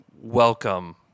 welcome